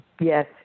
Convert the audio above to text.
yes